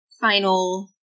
final